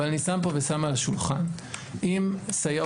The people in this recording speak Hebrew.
אבל אני שם פה על השולחן - אם סייעות